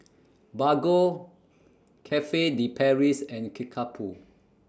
Bargo Cafe De Paris and Kickapoo